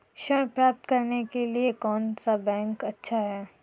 ऋण प्राप्त करने के लिए कौन सा बैंक अच्छा है?